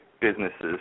businesses